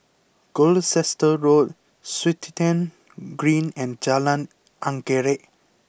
Gloucester Road Swettenham Green and Jalan Anggerek